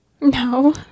No